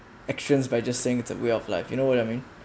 actions by just saying it's a way of life you know what I mean